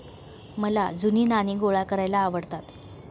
मला जुनी नाणी गोळा करायला आवडतात